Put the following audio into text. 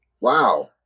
Wow